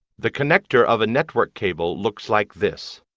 the connector of a network cable looks like this.